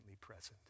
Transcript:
present